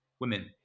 women